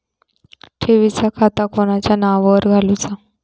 ठेवीचा खाता कोणाच्या नावार खोलूचा?